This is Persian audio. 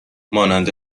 مانند